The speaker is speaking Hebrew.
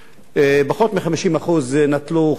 פחות מ-50% נטלו חלק.